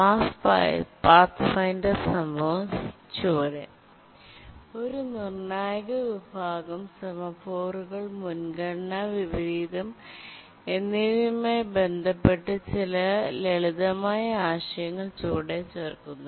Mars Pathfinder സംഭവം ചുവടെ ഒരു നിർണായക വിഭാഗം സെമാഫോറുകൾമുൻഗണനാ വിപരീതം എന്നിവയുമായി ബന്ധപ്പെട്ട ചില ലളിതമായ ആശയങ്ങൾ ചുവടെ ചേർക്കുന്നു